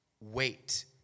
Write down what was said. Wait